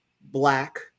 Black